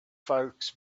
folks